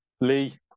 Lee